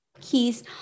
keys